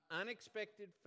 unexpected